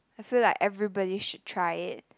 I feel like everybody should try it